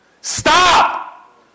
Stop